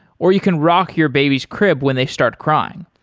or you can rock your baby's crib when they start crying.